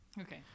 Okay